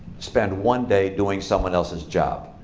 spend one day doing someone else's job.